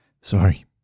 Sorry